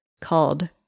called